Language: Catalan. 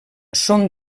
són